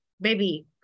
Baby